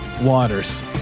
waters